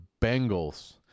Bengals